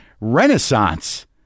renaissance